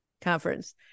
conference